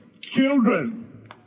children